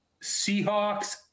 Seahawks